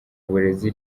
burezi